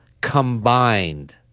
combined